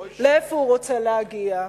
לאיפה הוא רוצה להגיע?